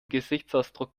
gesichtsausdruck